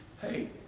hey